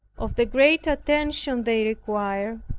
of the great attention they require,